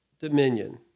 dominion